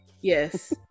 Yes